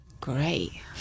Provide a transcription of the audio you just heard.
Great